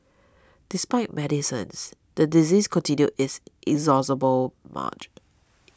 despite medicines the disease continued its inexorable march